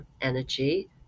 energy